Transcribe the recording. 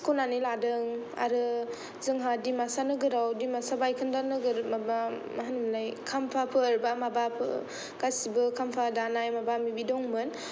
सिख'नानै लादों आरो जोंहा डिमासा नोगोराव डिमासा बायखोन्दा नोगोर माबा मा होनोमोनलाय खाम्फाफोर बा माबाफोर गासिबो खाम्फा दानाय माबा माबि दंमोन